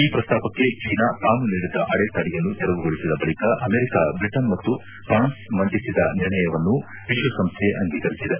ಈ ಪ್ರಸ್ತಾಪಕ್ಕೆ ಚೀನಾ ತಾನು ನೀಡಿದ್ದ ಅಡೆತಡೆಯನ್ನು ತೆರವುಗೊಳಿಸಿದ ಬಳಿಕ ಅಮೆರಿಕ ಬ್ರಿಟನ್ ಮತ್ತು ಫ್ರಾನ್ಸ್ ಮಂಡಿಸಿದ ನಿರ್ಣಯವನ್ನು ವಿಶ್ವಸಂಸ್ಥೆ ಅಂಗೀಕರಿಸಿದೆ